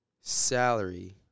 salary